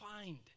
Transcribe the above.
find